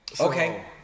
Okay